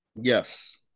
Yes